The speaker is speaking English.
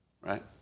right